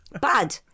Bad